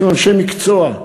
יש שם אנשי מקצוע,